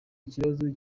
ikibazo